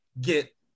get